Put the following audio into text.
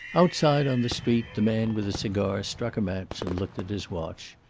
outside, on the street, the man with the cigar struck a match and looked at his watch.